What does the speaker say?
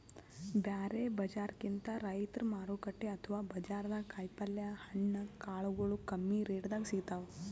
ಬ್ಯಾರೆ ಬಜಾರ್ಕಿಂತ್ ರೈತರ್ ಮಾರುಕಟ್ಟೆ ಅಥವಾ ಬಜಾರ್ದಾಗ ಕಾಯಿಪಲ್ಯ ಹಣ್ಣ ಕಾಳಗೊಳು ಕಮ್ಮಿ ರೆಟೆದಾಗ್ ಸಿಗ್ತಾವ್